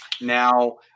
Now